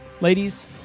ladies